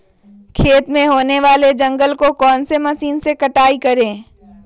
खेत में होने वाले जंगल को कौन से मशीन से कटाई करें?